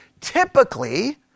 typically